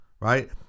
Right